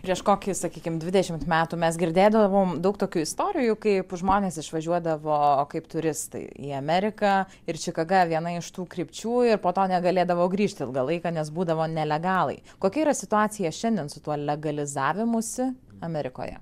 prieš kokį sakykim dvidešimt metų mes girdėdavom daug tokių istorijų kaip žmonės išvažiuodavo kaip turistai į ameriką ir čikaga viena iš tų krypčių ir po to negalėdavo grįžti ilgą laiką nes būdavo nelegalai kokia yra situacija šiandien su tuo legalizavimusi amerikoje